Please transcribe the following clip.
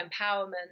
empowerment